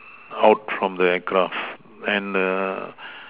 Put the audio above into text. out from the craft and err